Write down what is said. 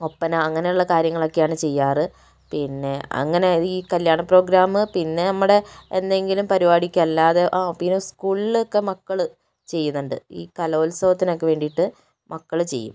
ഒപ്പന അങ്ങനെ ഉള്ള കാര്യങ്ങളൊക്കെയാണ് ചെയ്യാറ് പിന്നെ അങ്ങനെ ഈ കല്യാണ പ്രോഗ്രാം പിന്നെ നമ്മുടെ എന്തെങ്കിലും പരുപാടിക്ക് അല്ലാതെ ആ പിന്നെ സ്കൂളിലൊക്കെ മക്കൾ ചെയ്യുന്നുണ്ട് ഈ കല ഉത്സവത്തിന് ഒക്കെ വേണ്ടിയിട്ട് മക്കൾ ചെയ്യും